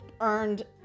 earned